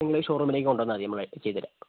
നിങ്ങൾ ഈ ഷോറൂമിലേക്ക് കൊണ്ടുവന്നാൽ മതി നമ്മൾ ചെയ്ത് തരാം